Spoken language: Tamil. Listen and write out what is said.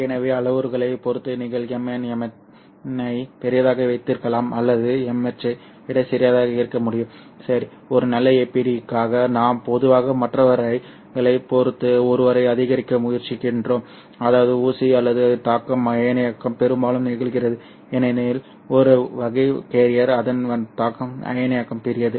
எனவே அளவுருக்களைப் பொறுத்து நீங்கள் Mn ஐ பெரியதாக வைத்திருக்கலாம் அல்லது Mh ஐ விட சிறியதாக இருக்க முடியும் சரி ஒரு நல்ல APD க்காக நாம் பொதுவாக மற்றவர்களைப் பொறுத்து ஒருவரை அதிகரிக்க முயற்சிக்கிறோம் அதாவது ஊசி அல்லது தாக்கம் அயனியாக்கம் பெரும்பாலும் நிகழ்கிறது ஏனெனில் ஒரு வகை கேரியர் அதன் தாக்கம் அயனியாக்கம் பெரியது